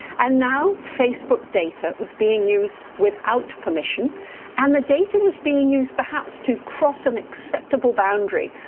and now facebook data was being used without permission and the data was being used, perhaps, to cross an acceptable boundary,